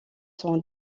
sont